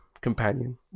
companion